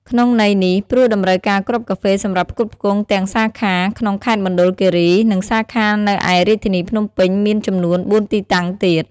ក្នុងន័យនេះ ព្រោះតម្រូវការគ្រាប់កាហ្វេសម្រាប់ផ្គត់ផ្គង់ទាំងសាខាក្នុងខេត្តមណ្ឌលគិរី និងសាខានៅឯរាជធានីភ្នំពេញមានចំនួន៤ទីតាំងទៀត។